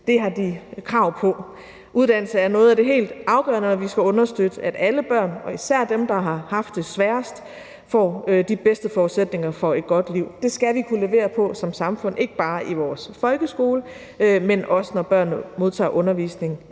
Det har de krav på. Uddannelse er noget af det helt afgørende, og vi skal understøtte, at alle børn og især dem, der har haft det sværest, får de bedste forudsætninger for et godt liv. Det skal vi kunne levere på som samfund, ikke bare i vores folkeskole, men også, når børnene modtager undervisning